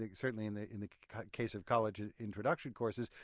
like certainly in the in the case of college and introduction courses,